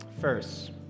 First